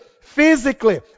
physically